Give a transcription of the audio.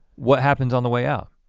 what happens on the way out?